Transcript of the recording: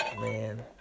man